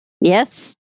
Yes